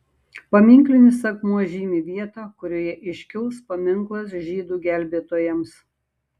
paminklinis akmuo žymi vietą kurioje iškils paminklas žydų gelbėtojams